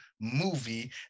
movie